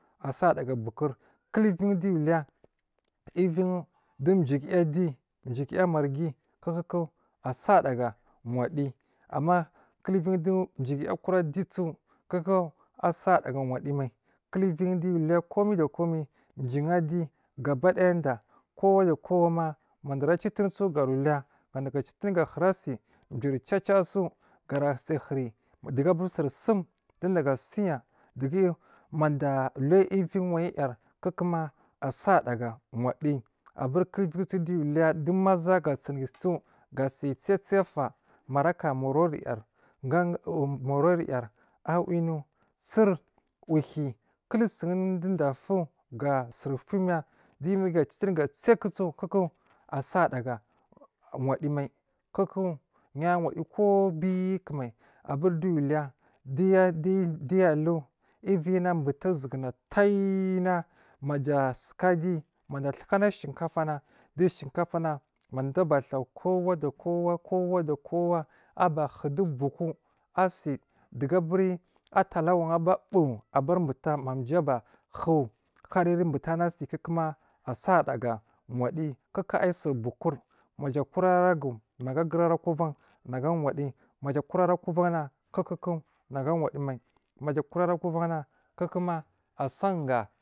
Kuku a sarida ga bukar kur uvigi diyya aluya uviyidu duguya adi cigiya marghi kuku a sar da ga bowokur amma kul uviyi dowo jigiya kira diyi su kuku a sarida wadiyya mai kuluyi uviyi jigiya kura disu aridaga wadi mai kulu aviji dowoyi aluya komai da komai jiyi adi gabadiyyada kowa davawama mada ara citirigaro uliya mada ara citiri ga huri asi juri caca su gara su huri dugu duri suri sum dudaga suyyadu gu madda uliya uviyi wayi yar kuka ma u sarida ga waddiyyi aburi kullu u viyi diyya aluya du masza gasi lisu gasi tsa tsafa maraga morari yar awinu sir, uhi kulsun du da afu ga siri fumiya du imi acitiri ga tsaku so a saridaga wadiyi mai kuku ya wadi yyi kowo bikumai aburi diyya aluya diyya alu uviyina buta uzuguna taina maja suka adi matuwo a tuka na shinkofana mada aba to a kowo do kowo, kowo kowa abahu du buhu asi dugi aburi atalawan ababowu abar buta mada a bahowo kariri butane asi a sarida ga wadiyyi koku ai suri bukur maja kora aragu nagu a guri arak o van nagu a wadiyyi maja kura ra kovan na kuku nagu a wadiyyi mai maja kura, ra kovanna koku nagu.